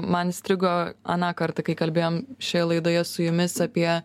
man įstrigo aną kartą kai kalbėjom šioje laidoje su jumis apie